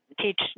teach